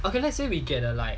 okay let's say we get a light